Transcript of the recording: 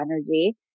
energy